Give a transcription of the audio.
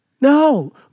No